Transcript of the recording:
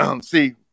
See